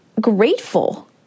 grateful